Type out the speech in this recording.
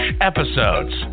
episodes